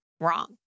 wrong